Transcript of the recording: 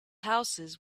houses